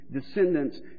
descendants